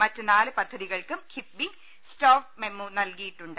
മറ്റ് നാല് പദ്ധതികൾക്കും കിഫ്ബി സ്റ്റോപ്പ് മെമ്മോ നൽകിയിട്ടു ണ്ട്